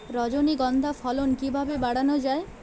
রজনীগন্ধা ফলন কিভাবে বাড়ানো যায়?